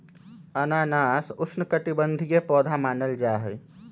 अनानास उष्णकटिबंधीय पौधा मानल जाहई